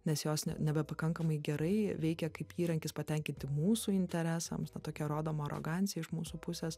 nes jos nebepakankamai gerai veikia kaip įrankis patenkinti mūsų interesams na tokia rodoma arogancija iš mūsų pusės